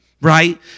Right